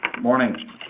Morning